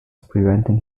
preventing